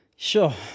Sure